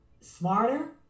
smarter